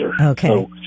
Okay